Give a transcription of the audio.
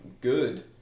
good